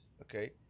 okay